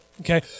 Okay